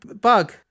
bug